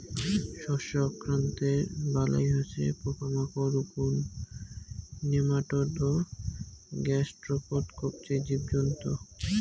শস্য আক্রান্তর বালাই হসে পোকামাকড়, উকুন, নেমাটোড ও গ্যাসস্ট্রোপড কবচী জীবজন্তু